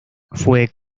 fue